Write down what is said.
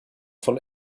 von